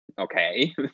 okay